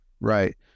Right